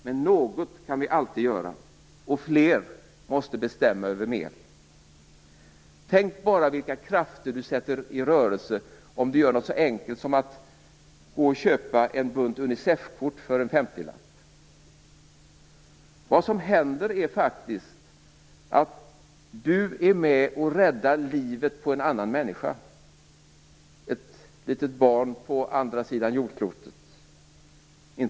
Men något kan vi alltid göra, och fler måste bestämma över mer. Tänk bara på vilka krafter du sätter i rörelse om du gör något så enkelt som att köpa en bunt Unicefkort för en femtilapp. Vad som händer är faktiskt att du är med och räddar livet på en annan människa, ett litet barn på andra sidan jordklotet.